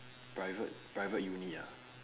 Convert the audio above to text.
private private uni ah